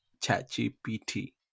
ChatGPT